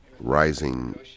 rising